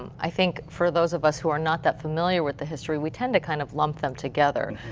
um i think for those of us who are not that familiar with the history, we tend to kind of lump them together.